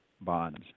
bonds